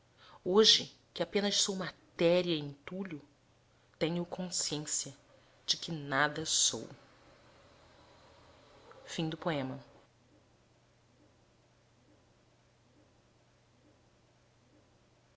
hoje que apenas sou matéria e entulho tenho consciência de que nada sou a